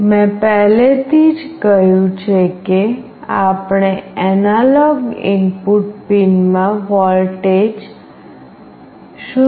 મેં પહેલેથી જ કહ્યું છે કે આપણે એનાલોગ ઇનપુટ પિનમાં વોલ્ટેજ 0